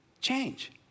change